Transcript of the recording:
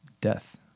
Death